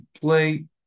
play